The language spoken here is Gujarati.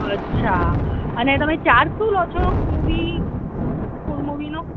અચ્છા અને તમે ચાર્જ શું લો છો મૂવી ફુલ મૂવીનો